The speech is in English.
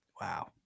Wow